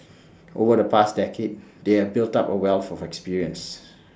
over the past decade they have built up A wealth of experience